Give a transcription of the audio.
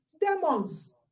demons